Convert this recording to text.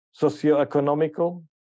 Socioeconomical